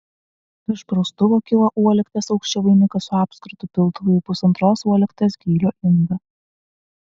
virš praustuvo kilo uolekties aukščio vainikas su apskritu piltuvu į pusantros uolekties gylio indą